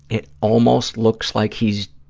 it almost looks like he's